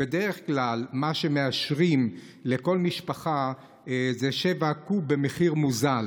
בדרך כלל מאשרים לכל משפחה 7 קוב במחיר מוזל.